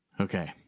Okay